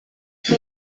que